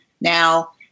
Now